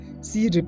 see